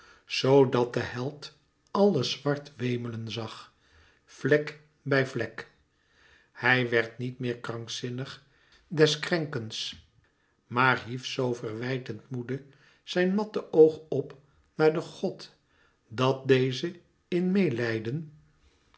zoo dat de held àlles zwart wemelen zag vlek bij vlek hij werd niet meer krankzinnig des krenkens maar hief zo verwijtend moede zijn matte oog op naar den god dat deze in